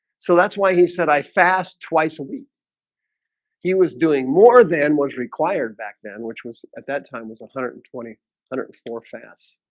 so that's why he said i fast twice a week he was doing more than was required back then which was at that time was one and hundred and twenty hundred for fast